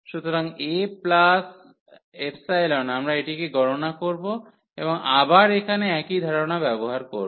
সুতরাং a ϵ আমরা এটিকে গণনা করব এবং আবার এখানে একই ধারণা ব্যববহার করব